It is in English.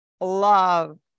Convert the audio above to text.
love